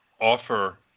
offer